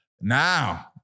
Now